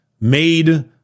made